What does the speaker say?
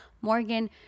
Morgan